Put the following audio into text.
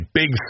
big